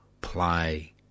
play